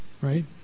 Right